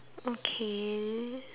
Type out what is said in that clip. okay